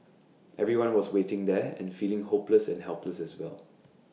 everyone was waiting there and feeling hopeless and helpless as well